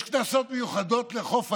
יש קנסות מיוחדים לחוף הים?